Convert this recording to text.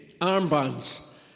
armbands